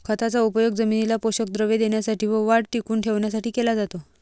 खताचा उपयोग जमिनीला पोषक द्रव्ये देण्यासाठी व वाढ टिकवून ठेवण्यासाठी केला जातो